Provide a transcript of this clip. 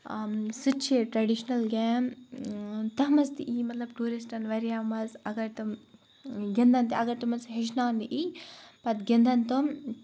سُہ تہِ چھُ ٹریٚڈِشنَل گیم تَتھ مَنٛز تہِ یی مَطلَب ٹورِسٹَن واریاہ مَزٕ اَگَر تِم گِندَن تہِ اَگَر تِمَن سُہ ہیٚچھناونہٕ ای پَتہٕ گِنٛدَن تِم